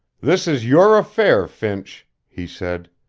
this is your affair, finch, he said.